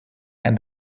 and